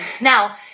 Now